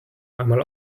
einmal